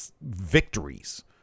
victories